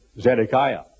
Zedekiah